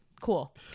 cool